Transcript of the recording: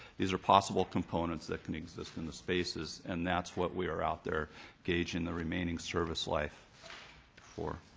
these are possible components that can exist in the spaces and that's what we are out there gauging the remaining service life for.